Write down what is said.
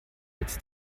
jetzt